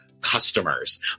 customers